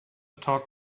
talk